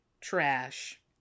trash